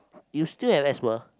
you still have asthma